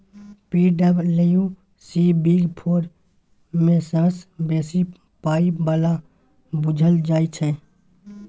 पी.डब्ल्यू.सी big four मे सबसँ बेसी पाइ बला बुझल जाइ छै